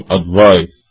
advice